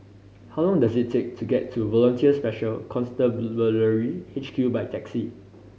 how long does it take to get to Volunteer Special Constabulary H Q by taxi